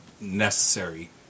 necessary